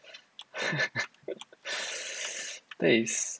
that is